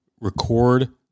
record